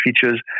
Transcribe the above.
features